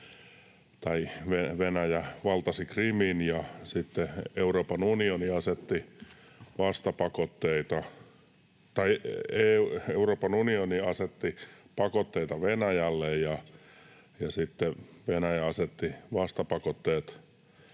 Venäjä valtasi Krimin, ja sitten Euroopan unioni asetti pakotteita Venäjälle, ja sitten Venäjä asetti vastapakotteet